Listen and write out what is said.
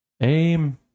Aim